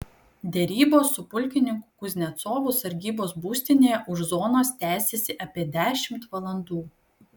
derybos su pulkininku kuznecovu sargybos būstinėje už zonos tęsėsi apie dešimt valandų